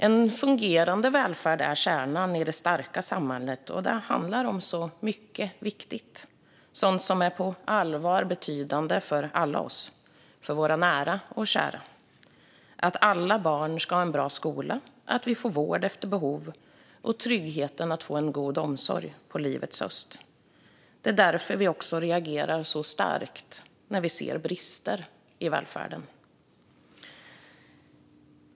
En fungerande välfärd är kärnan i det starka samhället. Det handlar om så mycket viktigt, sådant som är på allvar och betydande för alla oss och för våra nära och kära: att alla barn ska ha en bra skola, att vi får vård efter behov och tryggheten i att få en god omsorg på livets höst. Det är därför vi också reagerar så starkt när vi ser brister i välfärden.